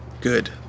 Good